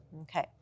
Okay